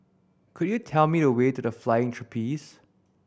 could you tell me the way to The Flying Trapeze